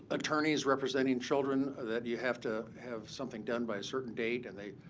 attorneys representing children ah that you have to have something done by a certain date, and they